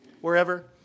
wherever